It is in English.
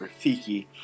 Rafiki